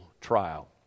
trial